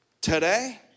today